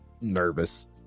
nervous